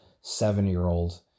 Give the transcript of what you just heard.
seven-year-old